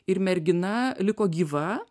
ir mergina liko gyva